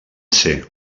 ser